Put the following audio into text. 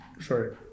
Sorry